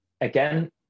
again